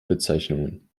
bezeichnungen